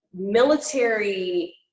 military